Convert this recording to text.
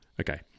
Okay